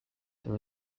there